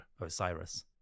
Osiris